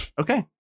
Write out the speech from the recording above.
Okay